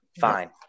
Fine